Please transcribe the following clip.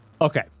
Okay